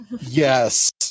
Yes